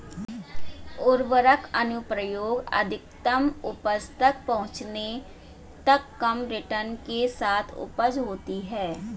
उर्वरक अनुप्रयोग अधिकतम उपज तक पहुंचने तक कम रिटर्न के साथ उपज होती है